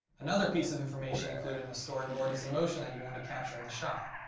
another piece of information included in the storyboard is the motion that you want to capture in the shot.